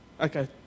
Okay